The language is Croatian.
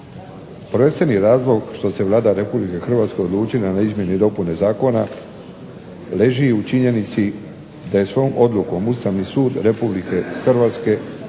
Prvenstveni razlog što se Vlada Republike Hrvatske odlučila na izmjene i dopune zakona leži u činjenici da je svojom odlukom Ustavni sud Republike Hrvatske